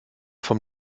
vom